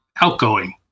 outgoing